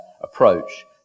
approach